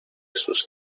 sus